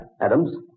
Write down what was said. Adams